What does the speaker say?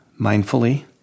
mindfully